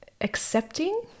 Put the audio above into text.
accepting